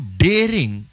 daring